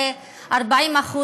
ו-40%,